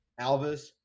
Alvis